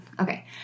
okay